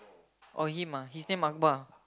oh him ah his name Akbar